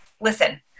listen